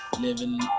Living